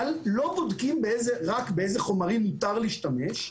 אבל לא בודקים רק באיזה חומרים מותר להשתמש,